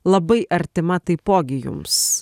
labai artima taipogi jums